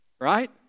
Right